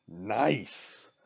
nice